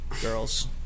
girls